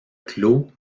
claux